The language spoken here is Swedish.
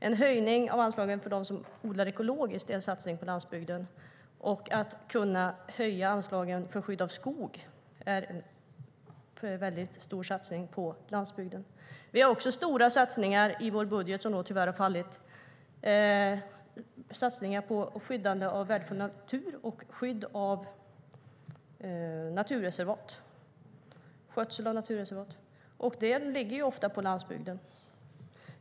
En höjning av anslagen för dem som odlar ekologiskt är en satsning på landsbygden, och att höja anslagen för skydd av skog är en väldigt stor satsning på landsbygden. Vi har också stora satsningar i vår budget, som ju tyvärr har fallit, på skydd av värdefull natur samt på skydd och skötsel av naturreservat. Det ligger ofta på landsbygden.